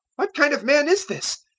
what kind of man is this?